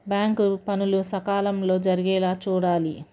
bank పనులు సకాలంలో జరిగేలా చూడాలి